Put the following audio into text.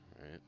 right